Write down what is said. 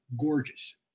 gorgeous